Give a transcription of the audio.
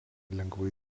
lengvai